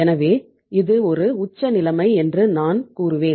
எனவே இது ஒரு உச்ச நிலைமை என்று நான் கூறுவேன்